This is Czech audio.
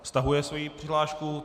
Stahuje svoji přihlášku.